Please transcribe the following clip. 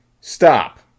Stop